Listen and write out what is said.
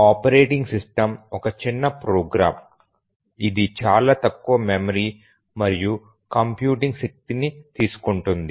operating system ఒక చిన్న program ఇది చాలా తక్కువ మెమరీ మరియు కంప్యూటింగ్ శక్తిని తీసుకుంటుంది